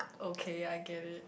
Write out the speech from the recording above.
okay I get it